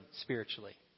spiritually